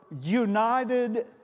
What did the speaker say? united